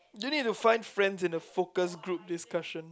do you need to find friends in a focus group discussion